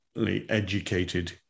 educated